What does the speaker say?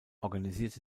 organisierte